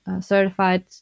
certified